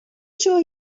sure